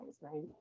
right